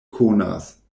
konas